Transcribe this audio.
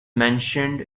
mentioned